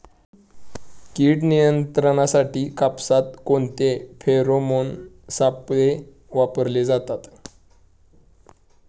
कीड नियंत्रणासाठी कापसात कोणते फेरोमोन सापळे वापरले जातात?